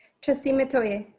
trustee metoyer.